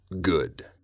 good